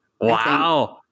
Wow